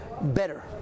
better